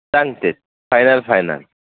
सांगते final final